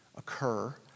Occur